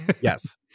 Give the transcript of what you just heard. yes